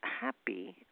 happy